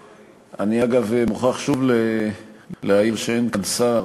אני, אגב, מוכרח שוב להעיר שאין כאן שר.